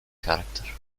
character